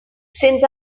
since